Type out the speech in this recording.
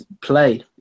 play